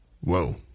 whoa